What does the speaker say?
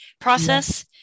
process